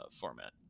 format